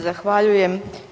Zahvaljujem.